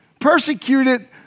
persecuted